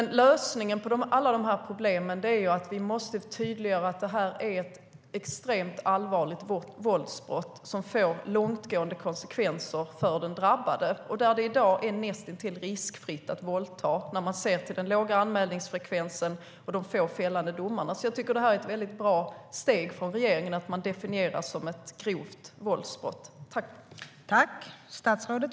Lösningen på alla de här problemen är dock att vi måste tydliggöra att det är ett extremt allvarligt våldsbrott som får långtgående konsekvenser för den drabbade. I dag är det, om man ser till den låga anmälningsfrekvensen och de få fällande domarna, näst intill riskfritt att våldta. Jag tycker alltså att det är ett bra steg från regeringens sida att definiera detta som ett grovt våldsbrott.